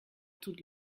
toute